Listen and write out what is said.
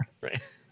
Right